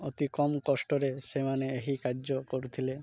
ଅତି କମ୍ କଷ୍ଟରେ ସେମାନେ ଏହି କାର୍ଯ୍ୟ କରୁଥିଲେ